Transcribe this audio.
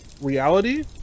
reality